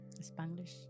Spanish